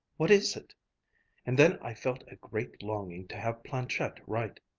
what is it and then i felt a great longing to have planchette write.